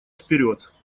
вперед